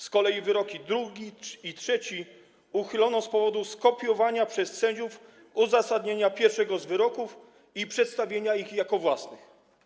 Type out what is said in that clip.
Z kolei wyroki drugi i trzeci uchylono z powodu skopiowania przez sędziów uzasadnienia pierwszego z wyroków i przedstawienia go jako własnego.